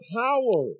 power